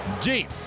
Deep